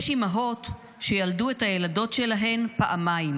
"יש אימהות / שילדו את הילדות שלהן פעמיים.